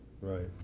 Right